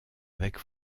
avec